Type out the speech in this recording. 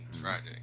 Friday